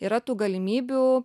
yra tų galimybių